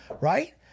right